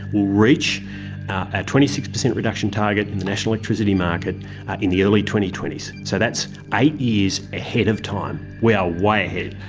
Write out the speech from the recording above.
will reach a twenty six percent reduction target in the national electricity market in the early twenty twenty s. so that's eight years ahead of time. we are way ahead.